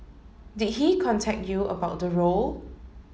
did he contact you about the role